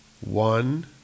one